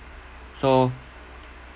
so